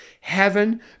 heaven